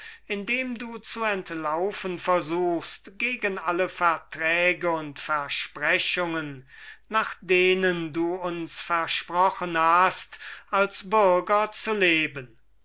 dem du zu entlaufen versuchst gegen alle verträge und versprechungen nach denen du uns versprochen hast als bürger zu leben